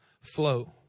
flow